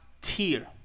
tier